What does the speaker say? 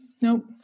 nope